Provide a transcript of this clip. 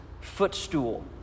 footstool